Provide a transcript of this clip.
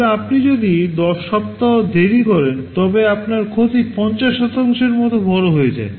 তবে আপনি যদি 10 সপ্তাহ দেরি করেন তবে আপনার ক্ষতি 50 এর মতো বড় হয়ে যায়